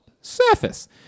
surface